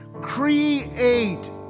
Create